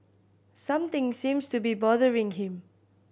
something seems to be bothering him